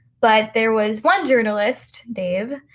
but there was one journalist, dave,